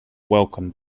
welcomed